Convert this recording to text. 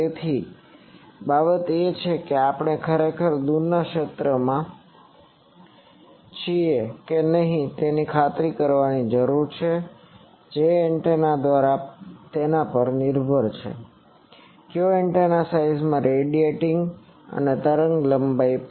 તેથી તે બાબત એ છે કે આપણે ખરેખર દૂરના ક્ષેત્રમાં છીએ કે નહીં તેની ખાતરી કરવાની જરૂર છે જે એન્ટેના કયો છે તેના પર નિર્ભર છે કયો એન્ટેના સાઈઝમાં રેડિયેટીંગ છે તરંગલંબાઇ પણ